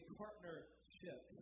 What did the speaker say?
partnership